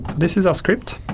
this is our script.